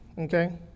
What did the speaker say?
Okay